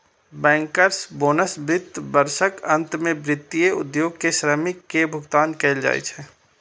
bankers bonus वित्त वर्षक अंत मे वित्तीय उद्योग के श्रमिक कें भुगतान कैल जाइ छै